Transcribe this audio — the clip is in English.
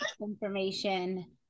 information